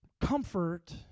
Comfort